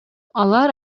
алар